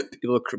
People